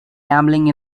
gambling